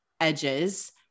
edges